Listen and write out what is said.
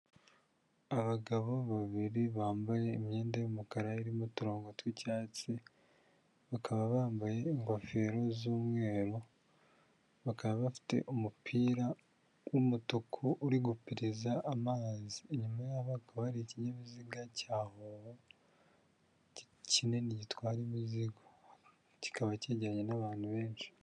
Abagabo babiri bambaye imyenda y'umukara irimo uturongo tw'icyatsi bakaba bambaye ingofero z'umweru bakaba bafite umupira w'umutuku uri gupuriza amazi inyuma y'abo hakaba hari ikinyabiziga cya howo kinini gitwara imizigo kikaba kijyanye n'abantu benshi.